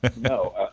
no